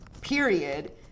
period